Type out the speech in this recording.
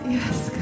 Yes